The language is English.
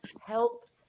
help